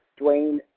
Dwayne